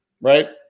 Right